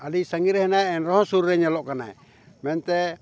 ᱟᱹᱰᱤ ᱥᱟᱸᱜᱤᱧ ᱨᱮ ᱦᱮᱱᱟᱭᱟ ᱮᱱᱨᱮᱦᱚᱸ ᱥᱩᱨ ᱨᱮ ᱧᱮᱞᱚᱜ ᱠᱟᱱᱟᱭ ᱢᱮᱱᱛᱮ